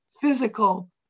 physical